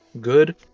Good